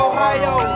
Ohio